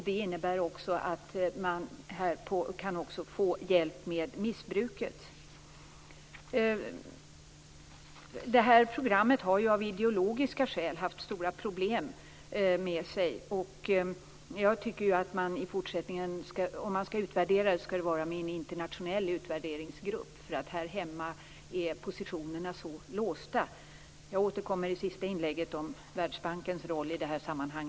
Det innebär att de också kan få hjälp med missbruket. Programmet har av ideologiska skäl haft stora problem. Om man skall utvärdera programmet tycker jag att det skall ske i en internationell utvärderingsgrupp. Här hemma är positionerna så låsta. Jag återkommer i sista inlägget till Världsbankens roll i detta sammanhang.